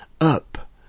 up